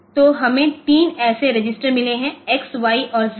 तो हमें तीन ऐसे रजिस्टर मिले हैं एक्स वाई और जेड